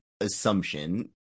assumption